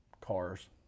cars